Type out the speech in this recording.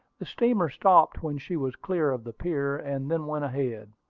the steamer stopped when she was clear of the pier, and then went ahead.